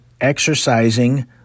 exercising